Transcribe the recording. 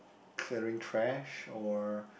clearing trash or